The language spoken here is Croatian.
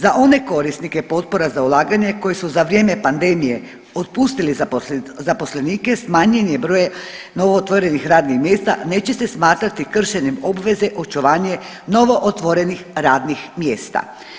Za one korisnike potpora ulaganja koji su za vrijeme pandemije otpustili zaposlenike smanjen je broj novootvorenih radih mjesta neće se smatrati kršenjem obveze očuvanje novootvorenih radnih mjesta.